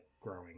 growing